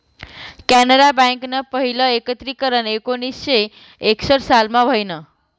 कॅनरा बँकनं पहिलं एकत्रीकरन एकोणीसशे एकसठ सालमा व्हयनं